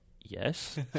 yes